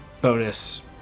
bonus